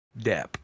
Depp